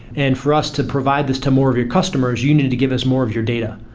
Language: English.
and for us to provide this to more of your customers, you need to give us more of your data.